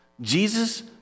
Jesus